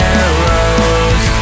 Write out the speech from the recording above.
arrows